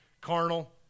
Carnal